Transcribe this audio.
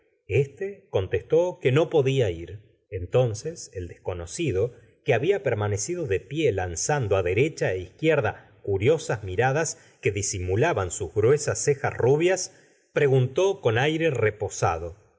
éste contestó que no podía ir entonces el desconocido que había permanecido de pie lanzando á derecha é izquierda curiosas miradas que disimulaban sus gruesas cejas rubi s preguntó con aire reposado